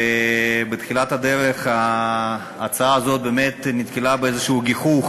בתחילת הדרך ההצעה הזאת באמת נתקלה בגיחוך